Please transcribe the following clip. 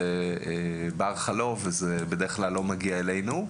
זה בדרך כלל לא יגיע אלינו.